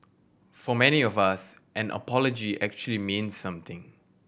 for many of us an apology actually means something